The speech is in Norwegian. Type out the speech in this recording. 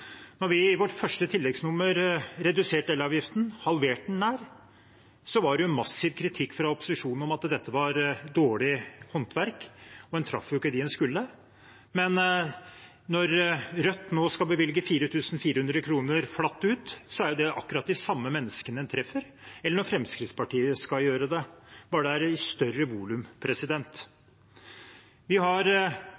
vi i vårt første tilleggsnummer reduserte elavgiften, nær halverte den, var det massiv kritikk fra opposisjonen om at dette var dårlig håndverk, og at en ikke traff dem en skulle. Når Rødt nå skal bevilge 4 400 kr flatt ut, er det jo akkurat de samme menneskene en treffer, eller når Fremskrittspartiet skal gjøre det, bare at det er i større volum.